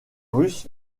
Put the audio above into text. russes